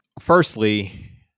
Firstly